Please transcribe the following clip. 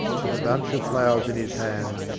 with a bunch of flowers in his hand,